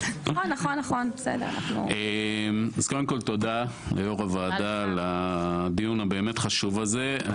אז קודם כל תודה רבה ליו״ר הוועדה על הדיון הבאמת חשוב הזה.